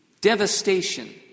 Devastation